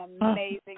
amazing